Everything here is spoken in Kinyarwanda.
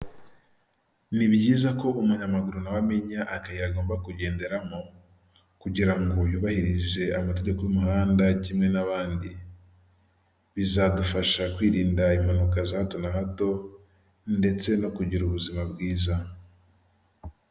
Biragaragara ko ahangaha ari ku kicaro cya emutiyeni kuko abakiriya baba bagiye gusaba serivisi zitandukanye abagura simukadi, ababitsa, ababikuza n'ababaza izindi serivisi bakora kugira ngo barusheho kumenya neza iki kigo ibyo gikora.